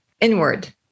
inward